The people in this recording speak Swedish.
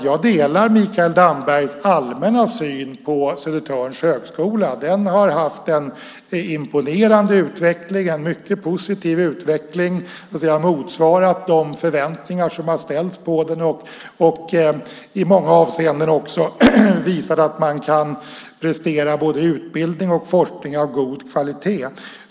Jag delar Mikael Dambergs allmänna syn på Södertörns högskola. Den har haft en imponerande och positiv utveckling och har motsvarat de förväntningar som har ställts på den. Man har i många avseenden också visat att man kan prestera både utbildning och forskning av god kvalitet.